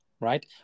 Right